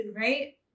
right